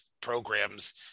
programs